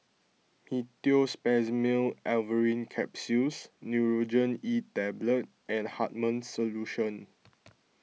Meteospasmyl Alverine Capsules Nurogen E Tablet and Hartman's Solution